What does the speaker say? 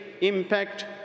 impact